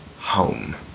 home